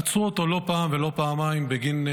עצרו אותו לא פעם ולא פעמיים בגין,